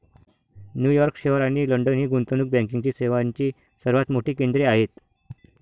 New York शहर आणि London ही गुंतवणूक बँकिंग सेवांची सर्वात मोठी केंद्रे आहेत